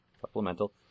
Supplemental